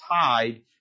tied